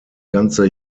ganze